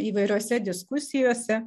įvairiose diskusijose